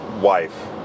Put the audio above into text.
wife